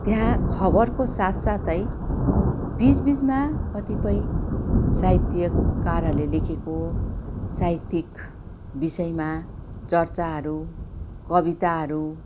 त्यहाँ खबरको साथसाथै बिचबिचमा कतिपय साहित्यकारहरूले लेखेको साहित्यिक विषयमा चर्चाहरू कविताहरू